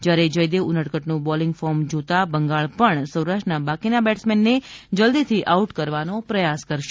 જયારે જયદેવ ઉનડકટનું bowling form જોતા બંગાળ પણ સૌરાષ્ટ્રના બાકીના બેટ્સમેનને જલ્દીથી આઉટ કરવાનો પ્રયાસ કરશે